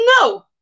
No